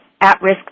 at-risk